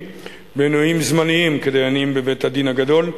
במינויים זמניים כדיינים בבית-הדין הגדול.